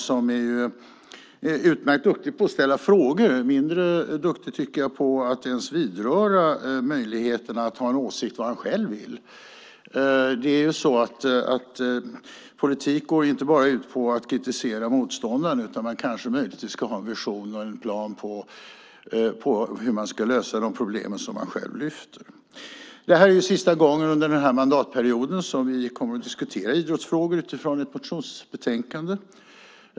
Han är utmärkt duktig på att ställa frågor, men jag tycker att han är mindre duktig på att ens vidröra möjligheten att ha en åsikt och säga vad han själv vill. Politik går inte bara ut på att kritisera motståndaren, utan man kanske möjligtvis ska ha en vision och en plan för hur man ska lösa de problem man själv lyfter upp. Detta är sista gången under denna mandatperiod vi kommer att diskutera idrottsfrågor utifrån ett motionsbetänkande.